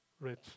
rich